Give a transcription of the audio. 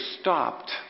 stopped